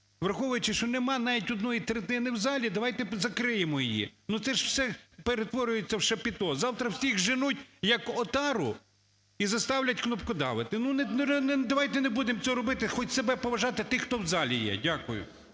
Враховуючи, що нема навіть одної третини в залі, давайте закриємо її. Ну це ж все перетворюється в шапіто. Завтра всіх зженуть як отару і заставлять кнопкодавити. Ну давайте не будем цього робити, хоч себе поважати, тих, хто в залі є. Дякую.